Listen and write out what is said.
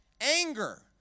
Anger